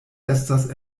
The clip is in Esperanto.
estas